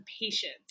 patience